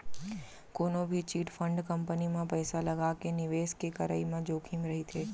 कोनो भी chit fund company म पइसा लगाके निवेस के करई म जोखिम रहिथे